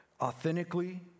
authentically